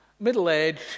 Middle-aged